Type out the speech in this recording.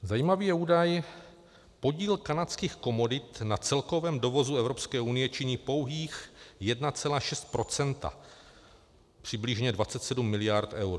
Zajímavý je údaj podíl kanadských komodit na celkovém dovozu Evropské unie činí pouhých 1,6 %, přibližně 27 mld. eur.